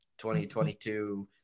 2022